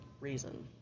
reason